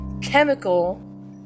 chemical